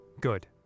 Good